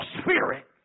spirit